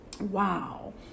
Wow